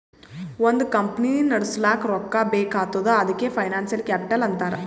ಒಂದ್ ಕಂಪನಿ ನಡುಸ್ಲಾಕ್ ರೊಕ್ಕಾ ಬೇಕ್ ಆತ್ತುದ್ ಅದಕೆ ಫೈನಾನ್ಸಿಯಲ್ ಕ್ಯಾಪಿಟಲ್ ಅಂತಾರ್